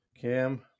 Cam